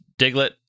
Diglett